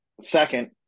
Second